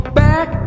back